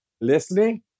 listening